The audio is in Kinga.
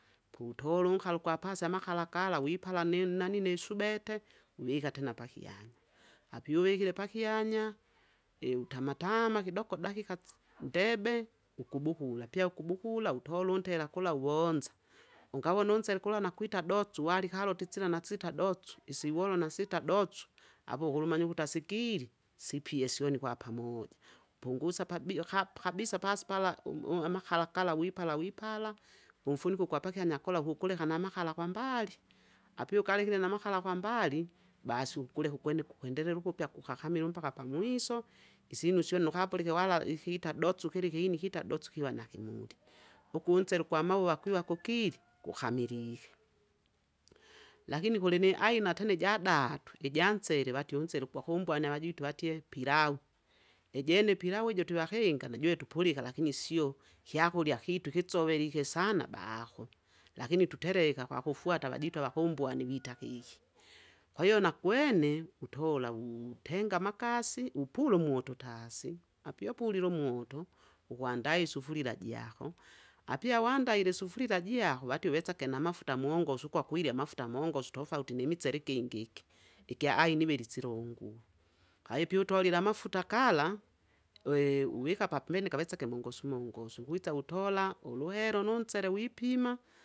wutolu mkalu gwa pasi amahala gala, wipala ni nanii ne subete, wuviha tena pahyanya, apyuvihile pahyanya, utama- tama hidogo dakika tsi- ndebe, wugubuhula, pya ugubuhula wutolu ntela gula wonza, ungawonu nzele gula nagwita dotsu, wali, haloti tsila na tsita dotsu, isiwolo nasita dotsu, apo hulumanyu huta sigilisipye sweni hwa pamoja, pungusa pabi- ha- habisa pasi pala u- u- amahala gala wipala- wipala, umfuniho gwa pahyanya huguleha na mahala hwa mbali. Apyu galehile na mahala hwa mbali, basu gulehu gwene guhwendelelu hupya guhahamilu mbaka pa mwiso, isinu syonu hapulihe wala ihita dotsu hili hini hita dotsu hiva na hing'uli, ugunzelu gwa mauwa gwiva gukili, guhamilihe. Lakini huli ni aina teni ja datu ija nzele, vatye unzele gwa humbwani vajitu vatye, pilau, ijeni pilau ijo tevahenga najwe tupuliha lahini siyo, hyakulya hi tuhitsovelihe sana bahu, lahini tuteleha hwa hufwata vajitu avahumbwanii vita hihi. Kwahiyo na gwene, wutola tenga makasi, upulu moto tasi, pyo upulilu moto, uhwandai sufulila jahu, Apya wandaile sufulila jahu, vatye uvetsage na mafuta mwongosu gwa gwilya mafuta mwongosu tofauti ni mitseli gingi gi, igya ainiveli tsilungu, kwaiy pe utolila mafuta gala, wuvika pa pembeni gavetsege mongosu- mongosu, witsa wutola uwelo nu ntsele wipima.